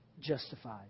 justified